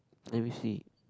let me see